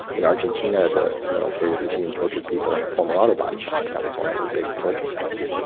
in argentina, the military regime tortured people in a former auto body shop. that was one of their big torture centers.